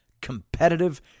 Competitive